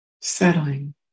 settling